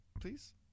please